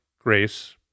Grace